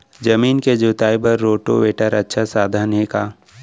जमीन के जुताई बर रोटोवेटर अच्छा साधन हे का?